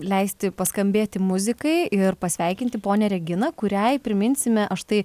leisti skambėti muzikai ir pasveikinti ponią reginą kuriai priminsime aš tai